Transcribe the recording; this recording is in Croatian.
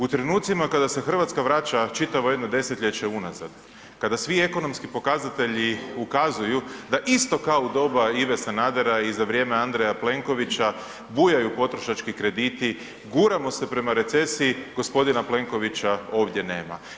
U trenucima kada se Hrvatska vraća čitavo jedno desetljeće unazad, kada svi ekonomski pokazatelji, ukazuju, da isto kao u doba Ive Sanadera i za vrijeme Andreja Plenkovića bujaju potrošački krediti, guramo se prema recesiji, gospodina Plenkovića ovdje nema.